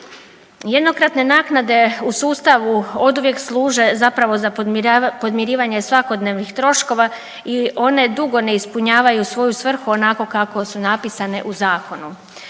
Jednokratne naknade u sustavu oduvijek služe zapravo za podmirivanje svakodnevnih troškova i one dugo ne ispunjavaju svoju svrhu onako kako su napisane u zakonu.